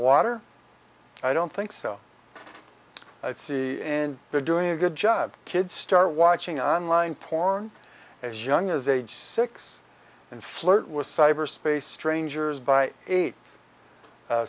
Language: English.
water i don't think so i see and they're doing a good job kid star watching on line porn as young as age six and flirt with cyberspace strangers by eight